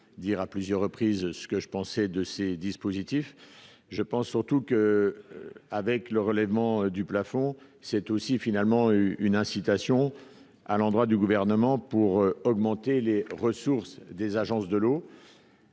je pense surtout que, avec le relèvement du plafond, c'est aussi finalement une incitation à l'endroit du gouvernement pour augmenter les ressources des agences de l'eau.